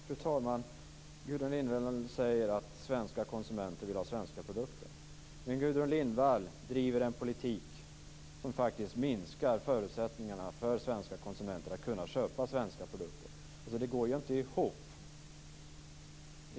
Fru talman! Gudrun Lindvall säger att svenska konsumenter vill ha svenska produkter, men Gudrun Lindvall driver en politik som faktiskt minskar förutsättningarna för svenska konsumenter att köpa svenska produkter. Det går inte ihop.